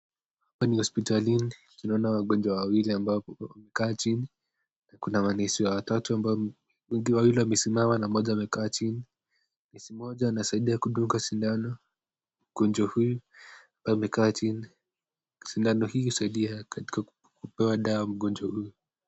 Hapa ni hosipitalini, tunaona wagonjwa wawili ambapo wamekaa chini, kuna manesi watatu ambao wawili wamesimama moja amekaa chini. Nesi moja anasadia kudunga shindano mgonjwa huyu ambaye amekaa chini, shindano hii usaidia kupewa dawa mgonjwa huyo.